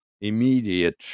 immediate